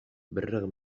بالرغم